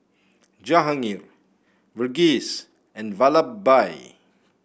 Jahangir Verghese and Vallabhbhai